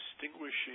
distinguishing